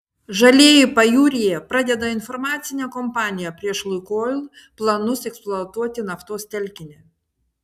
žalieji pajūryje pradeda informacinę kampaniją prieš lukoil planus eksploatuoti naftos telkinį